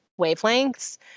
wavelengths